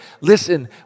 listen